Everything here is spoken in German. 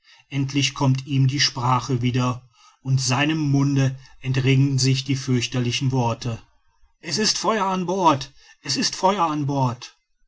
endlich kommt ihm die sprache wieder und seinem munde entringen sich die fürchterlichen worte es ist feuer an bord es ist feuer an bord